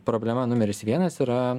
problema numeris vienas yra